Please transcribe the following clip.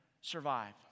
survive